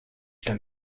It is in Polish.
tam